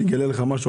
אני אגלה לך משהו.